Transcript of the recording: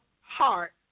heart